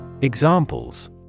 Examples